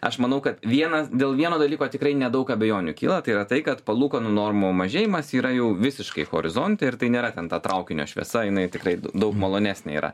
aš manau kad vienas dėl vieno dalyko tikrai nedaug abejonių kyla tai yra tai kad palūkanų normų mažėjimas yra jau visiškai horizonte ir tai nėra ten ta traukinio šviesa jinai tikrai daug malonesnė yra